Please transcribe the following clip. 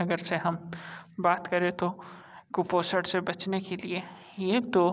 अगर जैसे हम बात करें तो कुपोषण से बचने के लिए एक दो